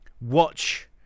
Watch